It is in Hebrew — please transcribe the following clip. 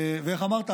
ואיך אמרת,